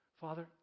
Father